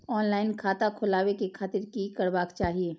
Online खाता खोलाबे के खातिर कि करबाक चाही?